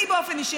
אני באופן אישי,